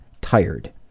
Tired